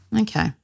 okay